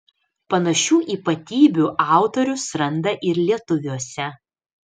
panašių ypatybių autorius randa ir lietuviuose